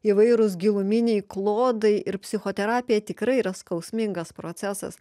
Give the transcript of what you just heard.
įvairūs giluminiai klodai ir psichoterapija tikrai yra skausmingas procesas